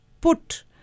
put